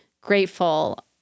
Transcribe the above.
grateful